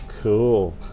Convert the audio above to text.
Cool